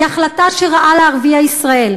היא החלטה שרעה לערביי ישראל?